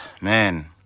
Man